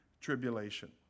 Tribulation